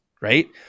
right